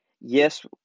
Yes